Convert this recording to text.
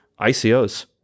ICOs